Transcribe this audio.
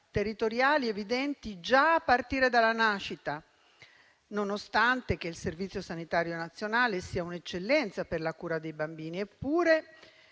territoriali evidenti già a partire dalla nascita, nonostante il Servizio sanitario nazionale sia un'eccellenza per la cura dei bambini. Eppure,